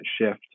shift